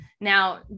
now